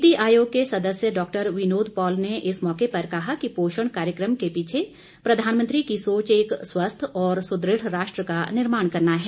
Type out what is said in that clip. नीति आयोग के सदस्य डॉक्टर विनोद पाल ने इस मौके पर कहा कि पोषण कार्यक्रम के पीछे प्रधानमंत्री की सोच एक स्वस्थ और सुदृढ़ राष्ट्र का निर्माण करना है